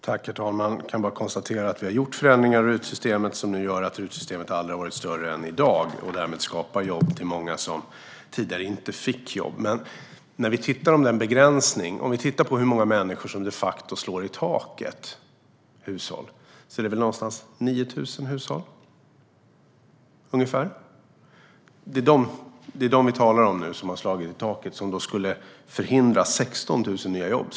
Herr talman! Jag kan bara konstatera att vi har gjort förändringar i RUT-systemet som gör att RUT-systemet aldrig har varit större än i dag och att det därmed skapar jobb till många som tidigare inte fick jobb. Men vi kan titta på om det är en begränsning. Vi kan titta på hur många hushåll det är som de facto slår i taket. Det är väl ungefär 9 000 hushåll - det är dem vi talar om nu. Detta skulle då förhindra 16 000 nya jobb.